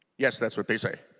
yes that's what they say.